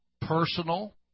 personal